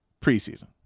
preseason